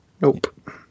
Nope